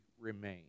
remain